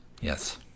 yes